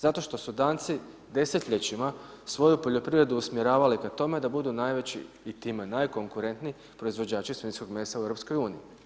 Zato što su Danci desetljećima svoju poljoprivredu usmjeravali ka tome da budu najveći i time najkonkurentniji proizvođači svinjskog mesa u EU.